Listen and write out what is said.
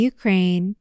Ukraine